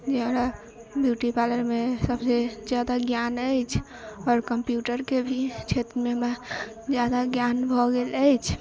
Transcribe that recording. हमरा ब्यूटीपार्लर मे सबसे जादा ज्ञान अछि आओर कम्प्यूटरके भी क्षेत्र मे हमरा जादा ज्ञान भऽ गेल अछि